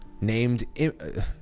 named